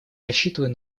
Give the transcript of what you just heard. рассчитываю